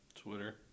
Twitter